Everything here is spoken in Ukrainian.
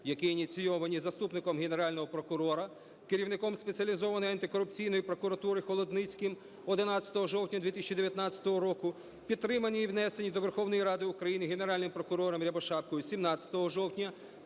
які ініційовані заступником Генерального прокурора, керівником Спеціалізованої антикорупційної прокуратури Холодницьким 11 жовтня 2019 року, підтримані і внесені до Верховної Ради України Генеральним прокурором Рябошапкою 17 жовтня 2019 року,